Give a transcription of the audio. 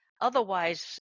Otherwise